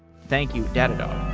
thank you datadog